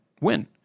win